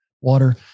water